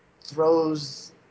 throws